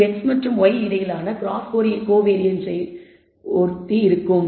இது x மற்றும் y இடையிலான கிராஸ் கோவேரியன்ஸ்ஸை ஒத்தி இருக்கும்